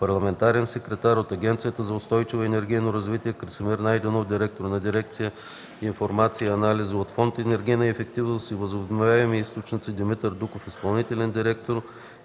парламентарен секретар; от Агенция за устойчиво енергийно развитие – Красимир Найденов, директор на дирекция „Информация и анализи“; от Фонд „Енергийна ефективност и възобновяеми източници“ – Димитър Дуков, изпълнителен директор,